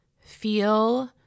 Feel